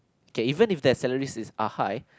okay even if their salaries is are high